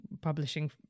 publishing